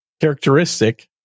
characteristic